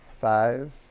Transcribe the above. Five